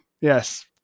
Yes